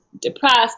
depressed